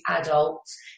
adults